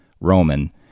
Roman